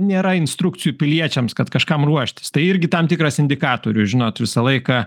nėra instrukcijų piliečiams kad kažkam ruoštis tai irgi tam tikras indikatorius žinot visą laiką